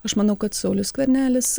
aš manau kad saulius skvernelis